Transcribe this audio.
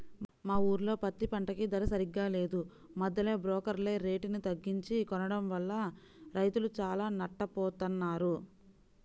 మా ఊర్లో పత్తి పంటకి ధర సరిగ్గా లేదు, మద్దెలో బోకర్లే రేటుని తగ్గించి కొనడం వల్ల రైతులు చానా నట్టపోతన్నారు